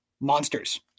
monsters